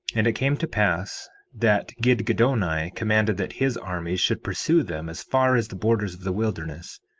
and it came to pass that gidgiddoni commanded that his armies should pursue them as far as the borders of the wilderness,